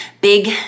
big